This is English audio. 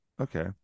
Okay